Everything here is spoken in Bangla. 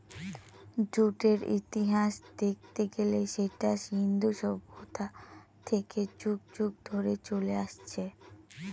জুটের ইতিহাস দেখতে গেলে সেটা সিন্ধু সভ্যতা থেকে যুগ যুগ ধরে চলে আসছে